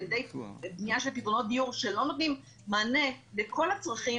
ידי בנייה של פתרונות דיור שלא נותנים מענה לכל הצרכים,